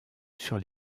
sur